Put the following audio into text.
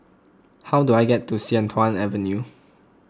how do I get to Sian Tuan Avenue